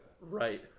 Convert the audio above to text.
Right